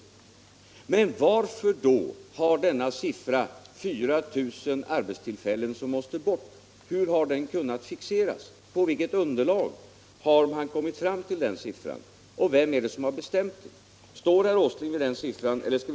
Hur - Nr 38 har då sifferuppgiften att det är 4 000 arbetstillfällen som måste bort kunnat fixeras? På vilket underlag har man kommit fram till den siffran, och vem har bestämt den? Står herr Åsling för den siffran, eller skall.